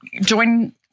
join